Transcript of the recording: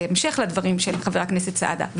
בהמשך לדברים של חבר הכנסת סעדה,